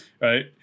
right